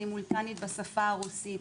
סימולטנית בשפה הרוסית,